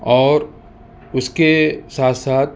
اور اس کے ساتھ ساتھ